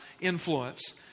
influence